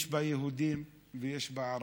יש בה יהודים ויש בה ערבים,